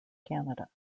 canada